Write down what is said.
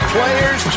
Players